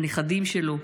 הנכדים שלו,